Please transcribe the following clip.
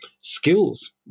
skills